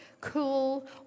cool